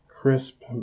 crisp